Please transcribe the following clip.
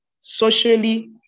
socially